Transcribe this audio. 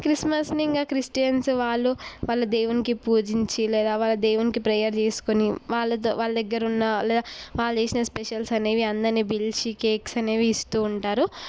క్రిస్మస్ని ఇంకా క్రిస్టియన్స్ వాళ్ళు వాళ్ళ దేవునికి పూజించి లేదా వాళ్ళ దేవునికి ప్రేయర్ చేసుకొని వాళ్ళ వాళ్ళ దగ్గర ఉన్న లేదా వాళ్ళు చేసిన స్పెషల్స్ అనేవి అందరిని పిలిచి కేక్స్ అనేవి ఇస్తూ ఉంటారు